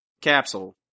capsule